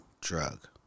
drug